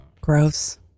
Gross